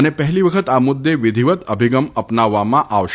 અને પહેલી વખત આ મુદ્દે વિધિવત અભિગમ અપનાવવામાં આવશે